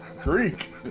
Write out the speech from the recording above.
Greek